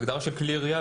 בהגדרה של כלי ירייה,